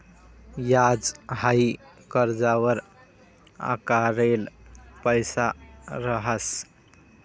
याज हाई कर्जवर आकारेल पैसा रहास